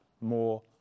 more